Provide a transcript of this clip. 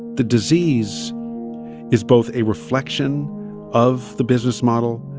the disease is both a reflection of the business model,